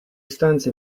stanze